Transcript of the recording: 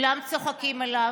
"כולם צוחקים עליו,